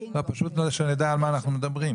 יכין --- פשוט שנדע על מה אנחנו מדברים.